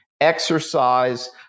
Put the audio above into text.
exercise